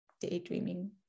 daydreaming